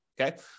Okay